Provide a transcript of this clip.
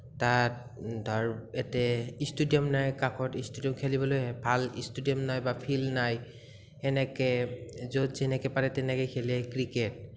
তাত ধৰ য়েতে ইষ্টিডিয়াম নাই কাষত ইষ্টুডেণ্ট খেলিবলৈ ভাল ইষ্টিডিয়াম নাই বা ফিল্ড নাই সেনেকে য'ত যেনেকে পাৰে তেনেকে খেলে ক্ৰিকেট